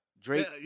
Drake